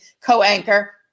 co-anchor